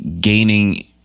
gaining